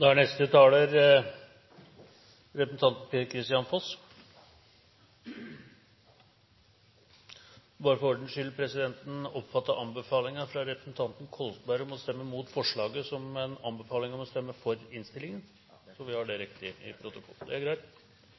For ordens skyld: Presidenten oppfatter anbefalingen fra representanten Kolberg om å stemme mot forslaget som en anbefaling om å stemme for innstillingen – slik at vi har det riktig i protokollen? Ja. Det er greit.